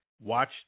Watch